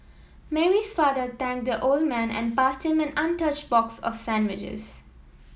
Mary's father thanked the old man and passed him an untouched box of sandwiches